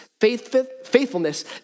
faithfulness